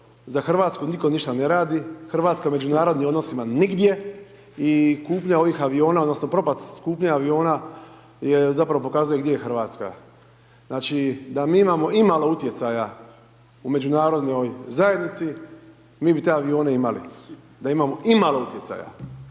za Hrvatsku nitko ništa ne radi, Hrvatska u međunarodnim odnosima nigdje i kupnja ovih aviona odnosno propast kupnje aviona je zapravo pokazuje gdje je Hrvatska. Znači da mi imamo imalo utjecaja u međunarodnoj zajednici mi bi te avione imali, da imamo imalo utjecaja.